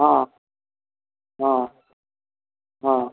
हँ हँ हँ